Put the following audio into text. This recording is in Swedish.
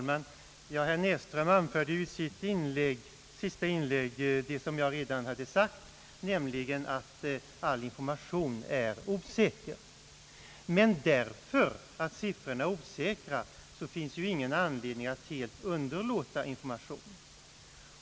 Herr talman! Herr Näsström anförde i sitt senaste inlägg det som jag redan hade sagt, nämligen att all information är osäker. Men därför att siffrorna är osäkra bör vi inte helt underlåta information.